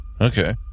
Okay